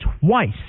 twice